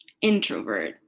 introvert